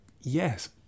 yes